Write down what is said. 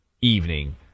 evening